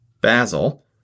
BASIL